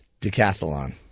Decathlon